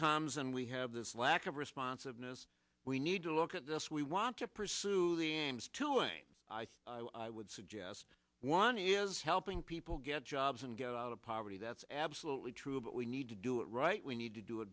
comes and we have this lack of responsiveness we need to look at this we want to pursue two ng i would suggest one is helping people get jobs and get out of poverty that's absolutely true but we need to do it right we need to do